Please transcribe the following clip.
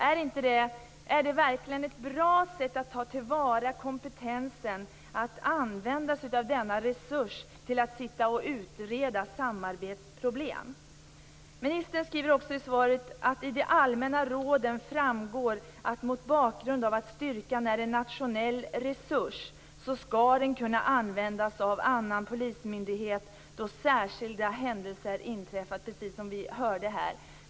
Är det verkligen ett bra sätt att tillvarata kompetensen att använda denna resurs till att sitta och utreda samarbetsproblem? Ministern skriver också i svaret att i de allmänna råden framgår att mot bakgrund av att styrkan är en nationell resurs skall den kunna användas av annan polismyndighet då särskilda händelser inträffar - precis som vi hörde om här.